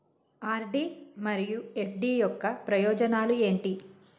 RD మరియు FD యొక్క ప్రయోజనాలు ఏంటి?